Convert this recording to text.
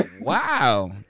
Wow